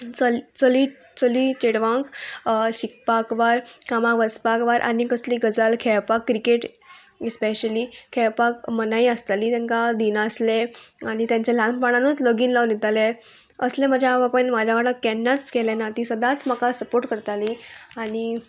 चल चली चली चेडवांक शिकपाक कामाक वचपाक वा आनी कसली गजाल खेळपाक क्रिकेट स्पेशली खेळपाक मनाय आसताली तेंकां दिनासलें आनी तेंच्या ल्हानपणानूत लगीन लावन दितालें असलें म्हज्या आवय बापायन म्हाज्या वांगडा केन्नाच केलें ना तीं सदांच म्हाका सपोर्ट करताली आनी